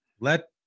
let